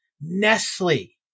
Nestle